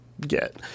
get